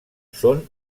són